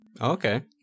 Okay